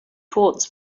towards